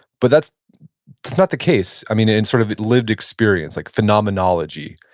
but that's not the case. i mean, in sort of lived experience, like phenomenology,